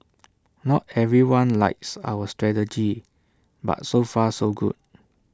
not everyone likes our strategy but so far so good